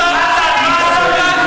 על מי אתה עובד?